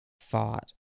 fought